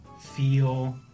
feel